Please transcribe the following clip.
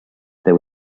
there